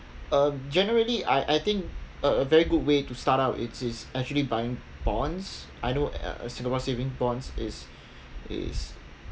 uh generally I I think a very good way to start up it's it's actually buying bonds I know singapore saving bonds is is